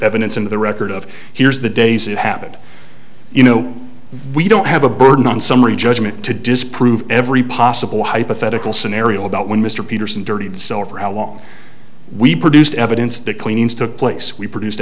evidence in the record of here's the days it happened you know we don't have a burden on summary judgment to disprove every possible hypothetical scenario about when mr peterson dirtied so for how long we produced evidence that cleans took place we produced